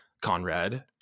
conrad